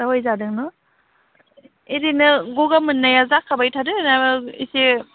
दावाइ जादों न एरैनो गगा मोननाया जाखाबाय थादों ना इसे